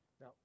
Now